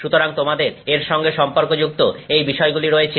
সুতরাং তোমাদের এর সঙ্গে সম্পর্কযুক্ত এই বিষয়গুলি রয়েছে